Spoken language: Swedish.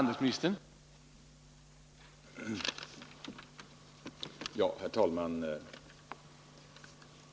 Herr talman!